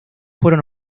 fueron